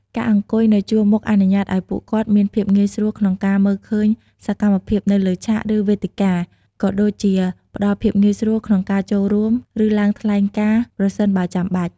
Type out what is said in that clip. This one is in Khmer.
ការអង្គុយនៅជួរមុខអនុញ្ញាតឲ្យពួកគាត់មានភាពងាយស្រួលក្នុងការមើលឃើញសកម្មភាពនៅលើឆាក ឬវេទិកា ក៏ដូចជាផ្តល់ភាពងាយស្រួលក្នុងការចូលរួម ឬឡើងថ្លែងការណ៍ប្រសិនបើចាំបាច់។